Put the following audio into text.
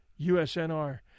USNR